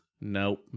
Nope